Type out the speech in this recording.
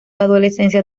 adolescencia